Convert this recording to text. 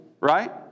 right